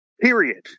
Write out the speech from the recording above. period